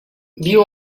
viu